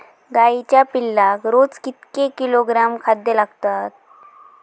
गाईच्या पिल्लाक रोज कितके किलोग्रॅम खाद्य लागता?